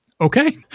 okay